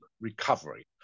recovery